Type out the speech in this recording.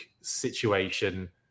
situation